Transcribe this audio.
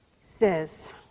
says